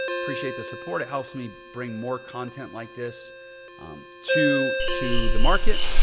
appreciate the support. it helps me bring more content like this to to the market.